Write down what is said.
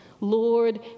Lord